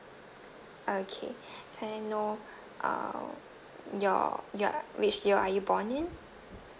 okay can I know uh your year which year are you born in